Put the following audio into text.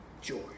joy